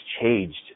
changed